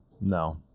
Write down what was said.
No